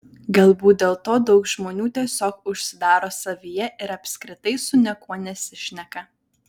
galbūt dėl to daug žmonių tiesiog užsidaro savyje ir apskritai su niekuo nesišneka